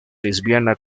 lesbiana